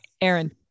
Aaron